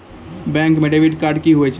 Bank म debit card की होय छै?